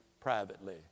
privately